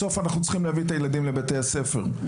בסוף אנחנו צריכים להביא את הילדים לבתי הספר,